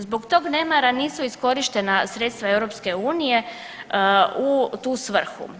Zbog tog nemara nisu iskorištena sredstva EU u tu svrhu.